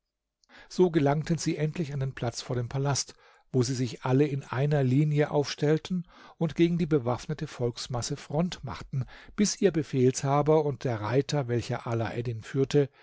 so gelangten sie endlich an den platz vor dem palast wo sie sich alle in einer linie aufstellten und gegen die bewaffnete volksmasse front machten bis ihr befehlshaber und der reiter welcher alaeddin führte